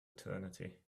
eternity